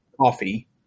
coffee